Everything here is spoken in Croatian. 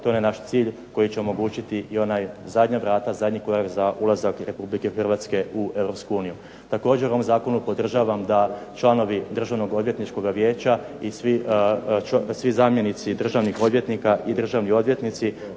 onaj naš cilj koji će omogućiti i ona zadnja vrata, zadnji korak za ulazak Republike Hrvatske u Europsku uniju. Također, u ovom zakonu podržavam da članovi Državnog odvjetničkog vijeća i svi zamjenici državnih odvjetnika i državni odvjetnici